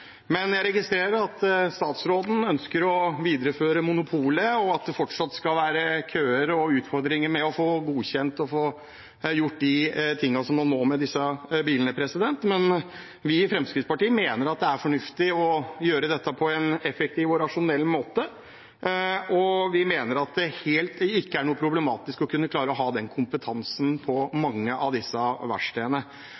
Jeg registrerer at statsråden ønsker å videreføre monopolet, og at det fortsatt skal være køer og utfordringer med å få godkjent og få gjort de tingene man må med disse bilene. Vi i Fremskrittspartiet mener det er fornuftig å gjøre dette på en effektiv og rasjonell måte, og vi mener at det ikke er noe problematisk å kunne klare å ha den kompetansen på